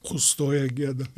sustoję gėdam